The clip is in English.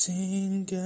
Sing